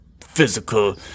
physical